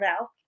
out